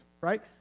right